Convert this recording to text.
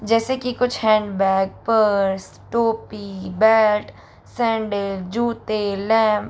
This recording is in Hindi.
जैसे कि कुछ हैंडबैग पर्स टोपी बेल्ट सैंडल जूते लैम्प